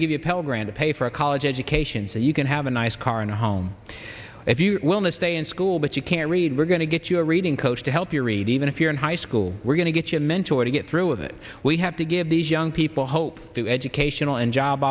to give you a pell grant to pay for a college education so you can have a nice car and a home if you will not stay in school but you can read we're going to get you a reading coach to help your eat even if you're in high school we're going to get you a mentor to get through with it we have to give these young people hope to educational and job